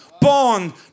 born